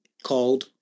called